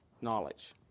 knowledge